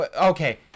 Okay